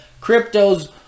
crypto's